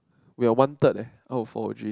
we are one third eh out of four O_G